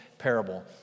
parable